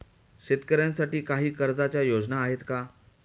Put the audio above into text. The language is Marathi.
शेतकऱ्यांसाठी काही कर्जाच्या योजना आहेत का?